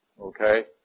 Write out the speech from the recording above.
okay